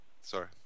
Sorry